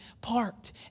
parked